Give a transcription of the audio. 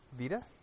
Vita